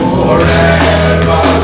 forever